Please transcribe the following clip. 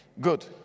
Good